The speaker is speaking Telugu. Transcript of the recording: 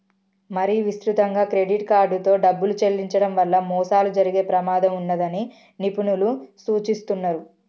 మరీ విస్తృతంగా క్రెడిట్ కార్డుతో డబ్బులు చెల్లించడం వల్ల మోసాలు జరిగే ప్రమాదం ఉన్నదని నిపుణులు సూచిస్తున్నరు